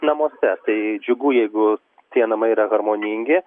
namuose tai džiugu jeigu tie namai yra harmoningi